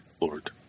Lord